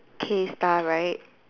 K star right